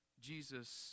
Jesus